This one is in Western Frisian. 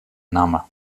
namme